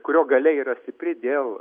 kurio galia yra stipri dėl